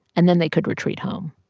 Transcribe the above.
and then they could retreat home.